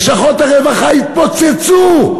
לשכות הרווחה יתפוצצו,